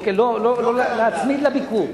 לא להצמיד לקלנדרי, להצמיד לביקור.